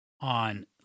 On